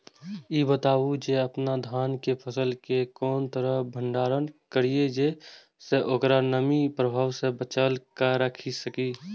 ई बताऊ जे अपन धान के फसल केय कोन तरह सं भंडारण करि जेय सं ओकरा नमी के प्रभाव सं बचा कय राखि सकी?